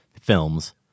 films